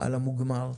על המוגמר.